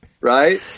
Right